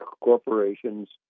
corporations